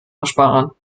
ersparen